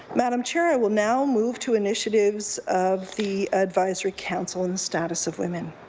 madam chair, i will now move to initiatives of the advisory council and status of women.